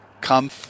come